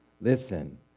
Listen